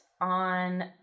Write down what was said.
on